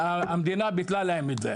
המדינה ביטלה להם את זה.